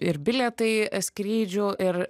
ir bilietai skrydžių ir